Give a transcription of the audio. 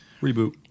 reboot